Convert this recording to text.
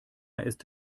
ist